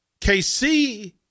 KC